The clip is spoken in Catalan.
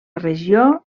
regió